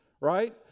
Right